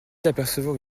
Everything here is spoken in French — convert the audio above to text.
d’apercevoir